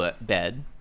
bed